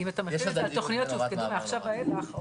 אם זה על תוכניות שהוגשו מעכשיו ואילך,